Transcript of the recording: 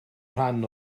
rhan